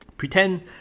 Pretend